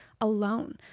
alone